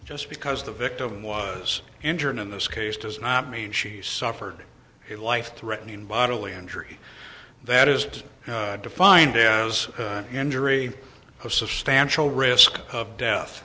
just because the victim was injured in this case does not mean she suffered a life threatening bodily injury that is defined as an injury a substantial risk of death